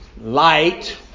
light